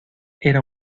era